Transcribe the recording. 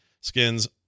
skins